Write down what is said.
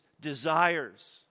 desires